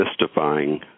mystifying